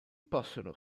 possono